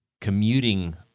commuting